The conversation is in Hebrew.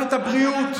במערכת הבריאות,